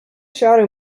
shadow